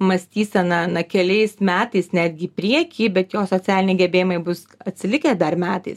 mąstyseną na keliais metais netgi į priekį bet jo socialiniai gebėjimai bus atsilikę dar metais